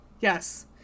Yes